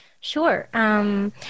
Sure